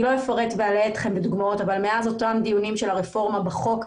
אני לא אפרט ואלאה אתכם בדוגמאות אבל מאז אותם דיונים של הרפורמה בחוק,